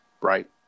right